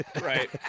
right